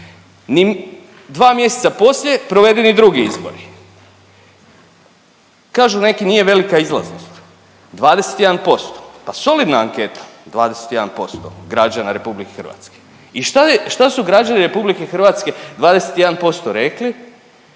dva mjeseca poslije provedeni drugi izbori. Kažu neki nije velika izlaznost 21% pa solidna anketa 21% građana RH. I šta je, šta su građani RH 21% rekli